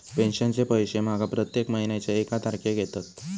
पेंशनचे पैशे माका प्रत्येक महिन्याच्या एक तारखेक येतत